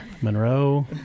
Monroe